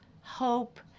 hope